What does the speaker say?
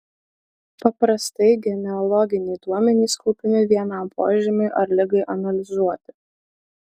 paprastai genealoginiai duomenys kaupiami vienam požymiui ar ligai analizuoti